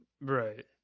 Right